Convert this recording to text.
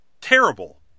terrible